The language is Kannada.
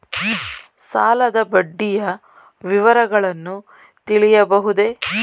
ಸಾಲದ ಬಡ್ಡಿಯ ವಿವರಗಳನ್ನು ತಿಳಿಯಬಹುದೇ?